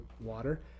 water